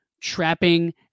trapping